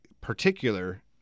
particular